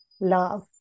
Love